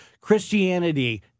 Christianity